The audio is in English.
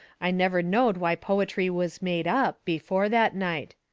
i never knowed why poetry was made up before that night.